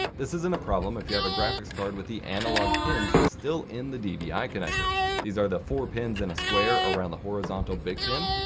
this isn't a problem if you have a graphics card with the analog pins still in the dvi connector these are the four pins in a square around the horizontal big pin.